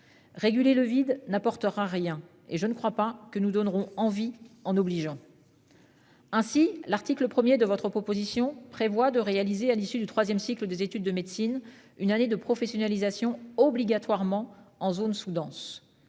Réguler le vide n'apportera rien et je ne crois pas que nous donnerons envie en obligeant.-- Ainsi l'article 1er de votre proposition prévoit de réaliser à l'issue du 3ème cycle des études de médecine, une année de professionnalisation obligatoirement en zone sous-dense.